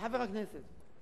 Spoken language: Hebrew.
כחבר הכנסת.